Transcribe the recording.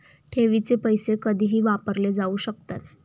ठेवीचे पैसे कधीही वापरले जाऊ शकतात